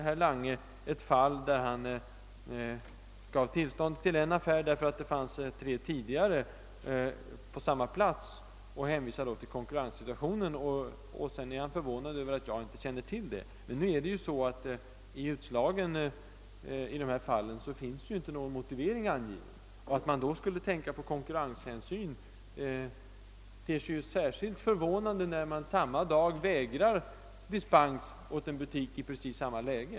Herr Lange nämnde ett fall där han gav en affär tillstånd till öppethållande på söndagarna därför att tre andra affärer på samma plats tidigare hade sådant tillstånd. Herr Lange hänvisar i sammanhanget till konkurrenssituationen och säger att han är förvånad över att jag inte känner till detta. Men i utslagen i dessa fall finns ju inte någon motivering angiven, och att man då skulle tänka på konkurrenshänsyn ter sig särskilt underligt när dispens samma dag vägrades en butik som har precis samma läge.